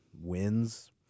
Wins